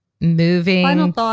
moving